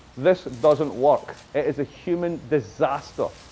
this doesn't work. it is a human disaster.